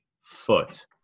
foot